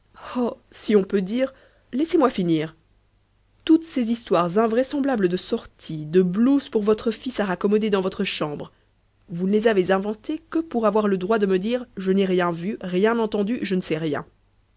si on peut dire laissez-moi finir toutes ces histoires invraisemblables de sorties de blouses pour votre fils à raccommoder dans votre chambre vous ne les avez inventées que pour avoir le droit de me répondre je n'ai rien vu rien entendu je ne sais rien